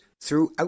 throughout